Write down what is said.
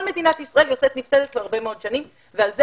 כל מדינת ישראל יוצאת נפסדת להרבה מאוד שנים ולכן